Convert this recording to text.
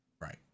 Right